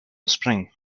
spring